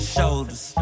shoulders